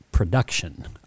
Production